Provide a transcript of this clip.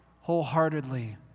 wholeheartedly